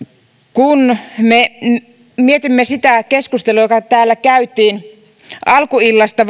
kun me mietimme sitä keskustelua joka täällä käytiin alkuillasta